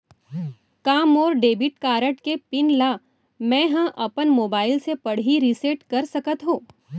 का मोर debit card के पिन ल मैं ह अपन मोबाइल से पड़ही रिसेट कर सकत हो?